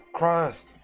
Christ